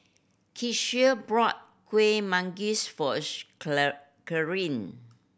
Kecia brought Kuih Manggis for Claire